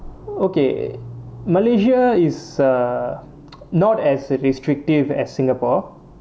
okay malaysia is err not as restrictive as singapore